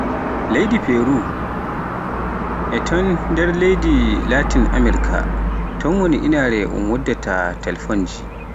Leydi Peru e ton nder leyɗe Latin Amirk, ton woni inaare un waddanta en telponji.